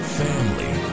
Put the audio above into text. family